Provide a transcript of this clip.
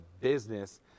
business